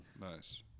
Nice